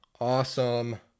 Awesome